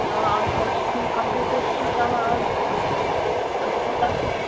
آ آز کَل چھِ سُے کَمپیوٗٹٲرٕز چھُے چَلان آز تہٕ